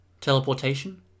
Teleportation